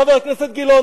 חבר הכנסת גילאון.